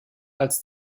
als